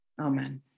Amen